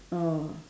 oh